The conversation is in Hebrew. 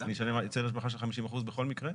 אני אשלם היטל השבחה של 50% בכל מקרה?